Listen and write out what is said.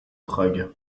prague